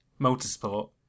motorsport